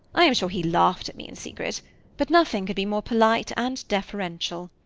i am sure he laughed at me in secret but nothing could be more polite and deferential.